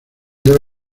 debe